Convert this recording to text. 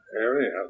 area